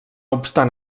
obstant